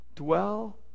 dwell